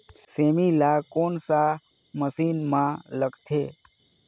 सेमी ला कोन सा महीन मां लगथे?